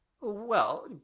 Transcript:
Well